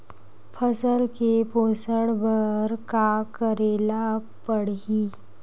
फसल के पोषण बर का करेला पढ़ही?